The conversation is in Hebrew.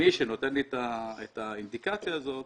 מי שנותן את האינדיקציה הזאת,